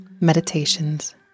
meditations